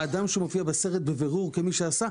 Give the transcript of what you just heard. האדם שמופיע בסרט בבירור כמי שעשה,